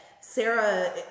Sarah